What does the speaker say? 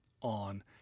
on